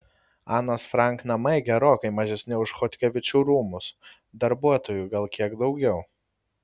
anos frank namai gerokai mažesni už chodkevičių rūmus darbuotojų gal kiek daugiau